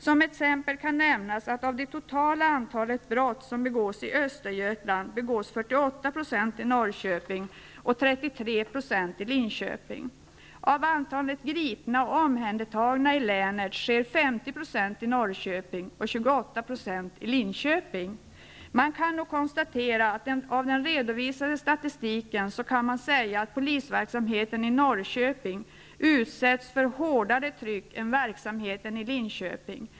Som exempel kan nämnas att av det totala antalet brott som begås i Linköping. Av antalet gripanden och omhändertaganden i länet sker 50 % i Norrköping och 28 % i Linköping. Man kan konstatera att den redovisade statistiken visar att polisverksamheten i Norrköping utsätts för hårdare tryck än verksamheten i Linköping.